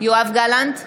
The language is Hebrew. יואב גלנט,